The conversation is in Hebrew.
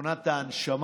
מכונת ההנשמה,